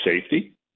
safety